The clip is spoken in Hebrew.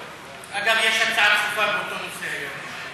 אגב, יש הצעה דחופה באותו נושא היום.